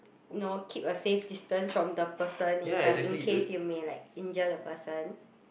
no keep a safe distance from the person in front in case you may like injure the person